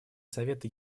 совета